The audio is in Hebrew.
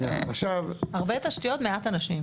הרבה תשתיות מעט אנשים.